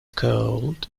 cold